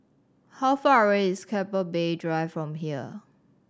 how far away is Keppel Bay Drive from here